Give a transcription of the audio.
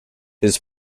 his